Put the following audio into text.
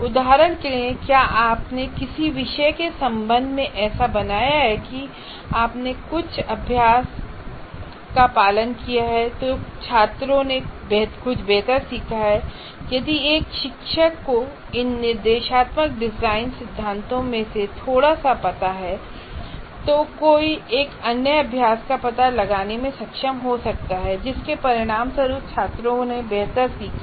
उदाहरण के लिए क्या आपने किसी विषय के संबंध में ऐसा बनाया है कि आपने कुछ अभ्यास का पालन किया है तो छात्रों ने कुछ बेहतर सीखा है यदि एक शिक्षक को इन निर्देशात्मक डिजाइन सिद्धांतों में से थोड़ा सा पता है तो कोई एक अभ्यास का पता लगाने में सक्षम हो सकता है जिसके परिणाम स्वरूप छात्रों ने बेहतर सीखा